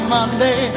Monday